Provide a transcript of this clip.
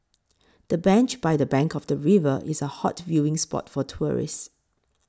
the bench by the bank of the river is a hot viewing spot for tourists